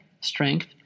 strength